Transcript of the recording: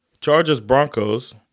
Chargers-Broncos